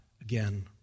again